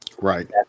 Right